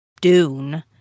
Dune